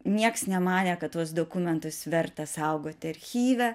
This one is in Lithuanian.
nieks nemanė kad tuos dokumentus verta saugoti archyve